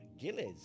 Gillies